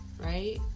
right